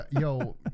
yo